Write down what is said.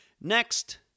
Next